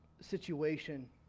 situation